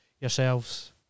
yourselves